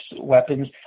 weapons